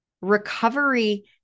Recovery